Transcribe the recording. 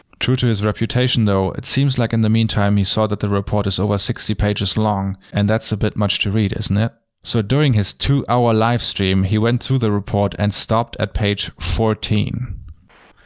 true to his reputation though, it seems like in the meantime he saw that the report is over sixty pages long, and that's a bit much to read, isn't it? so during his two hour livestream, he went through the report and stopped at page fourteen.